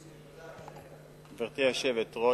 גברתי היושבת-ראש,